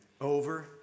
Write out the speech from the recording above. Over